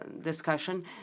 discussion